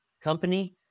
company